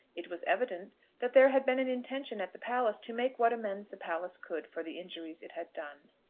it was evident that there had been an intention at the palace to make what amends the palace could for the injuries it had done.